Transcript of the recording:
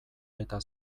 eta